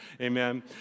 amen